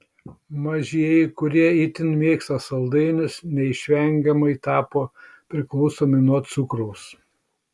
mažieji kurie itin mėgsta saldainius neišvengiamai tapo priklausomi nuo cukraus